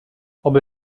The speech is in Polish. oby